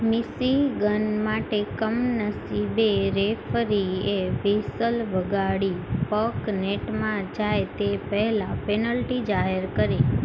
Michigan માટે કમનસીબે રેફરીએ વ્હીસલ વગાડી પક નેટમાં જાય તે પહેલાં પેનલ્ટી જાહેર કરી